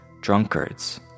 drunkards